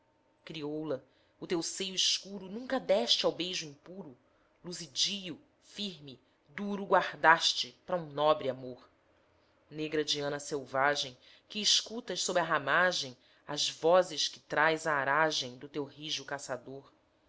crioula o teu seio escuro nunca deste ao beijo impuro luzidio firme duro guardaste pra um nobre amor negra diana selvagem que escutas sob a ramagem as vozes que traz a aragem do teu rijo caçador